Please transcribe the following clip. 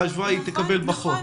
תקבל פחות.